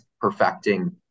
perfecting